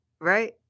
Right